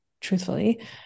truthfully